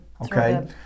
Okay